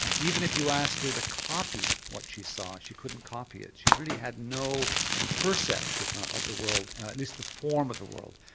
even if you asked her to copy what she saw, she couldn't copy it, she really had no percept of the world, at least the form of the world.